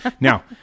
Now